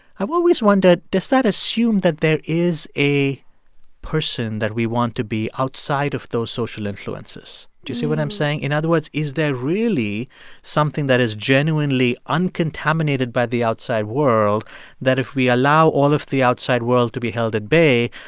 i've always wondered, does that assume that there is a person that we want to be outside of those social influences? do you see what i'm saying? in other words, is there really something that is genuinely uncontaminated by the outside world that if we allow all of the outside world to be held at bay,